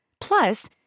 Plus